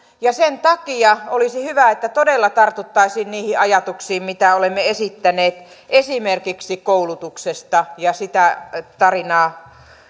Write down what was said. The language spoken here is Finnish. ja sen takia olisi hyvä että todella tartuttaisiin niihin ajatuksiin mitä olemme esittäneet esimerkiksi koulutuksesta ja sitä tarinaa